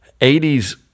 80s